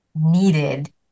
needed